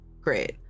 great